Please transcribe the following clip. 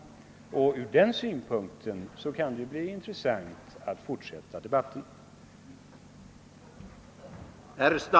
Från den synpunkten kan den fortsatta debatten bli intressant.